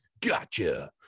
Gotcha